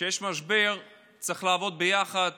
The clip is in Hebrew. כשיש משבר צריך לעבוד ביחד,